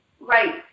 Right